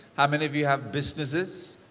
how many of you have businesses?